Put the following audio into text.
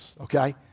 okay